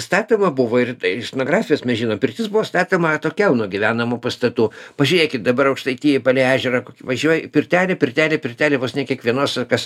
statoma buvo ir iš nografijos mes žinom pirtis buvo statoma atokiau nuo gyvenamų pastatų pažėkit dabar aukštaitijoj palei ežerą kokį važiuoji pirtelė pirtelė pirtelė vos ne kiekvienos kas